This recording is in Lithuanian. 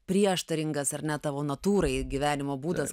prieštaringas ar ne tavo natūrai gyvenimo būdas